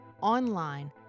online